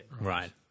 Right